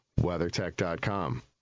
WeatherTech.com